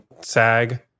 SAG